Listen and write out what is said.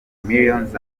millions